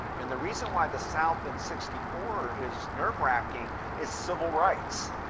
and the reason why the south in sixty four is nerve wracking is civil rights,